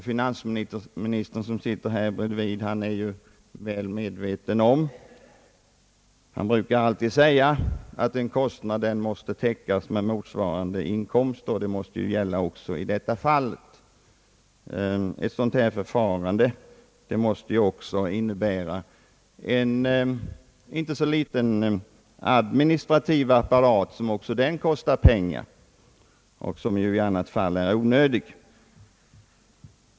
Finansministern, som sitter här bredvid, brukar alltid säga att en kostnad måste täckas med motsvarande inkomster. Det måste ju gälla också i detta fall. Ett sådant här förfarande måste även innebära en inte så liten administrativ apparat som också den kostar pengar och som i annat fall är onödig.